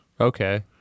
Okay